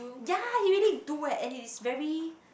ya he already do eh and it is very